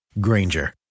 Granger